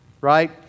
Right